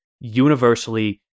universally